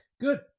good